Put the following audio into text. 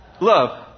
love